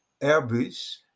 Airbus